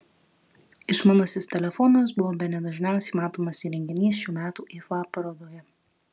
išmanusis telefonas buvo bene dažniausiai matomas įrenginys šių metų ifa parodoje